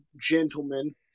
gentlemen